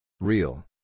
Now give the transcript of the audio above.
Real